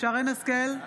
שרן מרים השכל,